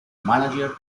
mánager